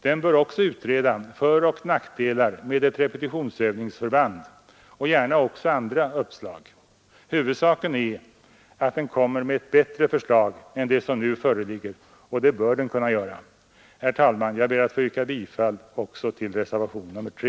Den bör också utreda föroch nackdelar med ett repetitionsövningsförband och gärna också andra uppslag. Huvudsaken är att den kommer med ett bättre förslag än det som nu föreligger, och det bör den kunna göra. Herr talman! Jag ber att få yrka bifall också till reservation nr 3.